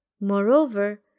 Moreover